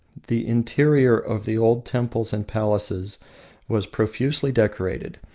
the interior of the old temples and palaces was profusely decorated.